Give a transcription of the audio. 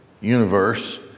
universe